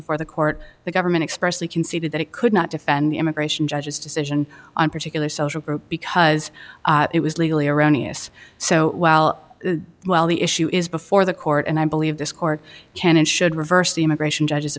before the court the government expressly conceded that it could not defend the immigration judge's decision on particular social group because it was legally erroneous so while well the issue is before the court and i believe this court can and should reverse the immigration judge